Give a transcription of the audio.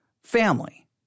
family